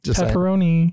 pepperoni